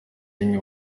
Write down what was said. bimwe